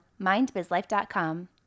mindbizlife.com